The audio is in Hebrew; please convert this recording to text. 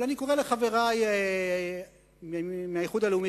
אבל אני קורא לחברי מהאיחוד הלאומי